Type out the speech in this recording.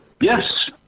Yes